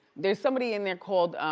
there's somebody in there called